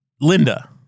Linda